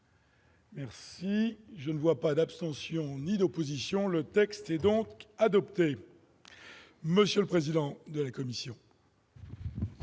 Mais je ne vois pas d'abstention ni d'opposition, le texte est donc adopté, monsieur le président de la commission.